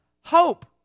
hope